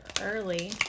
early